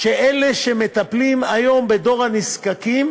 שאלה שמטפלים היום בדור הנזקקים